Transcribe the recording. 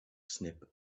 snip